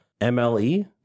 MLE